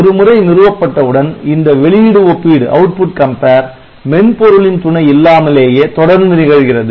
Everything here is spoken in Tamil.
ஒருமுறை நிறுவப்பட்ட உடன் இந்த வெளியீடு ஒப்பிடு மென்பொருளின் துணை இல்லாமலேயே தொடர்ந்து நிகழ்கிறது